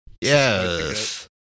Yes